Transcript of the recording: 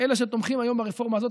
אלה שתומכים היום ברפורמה הזאת,